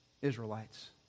Israelites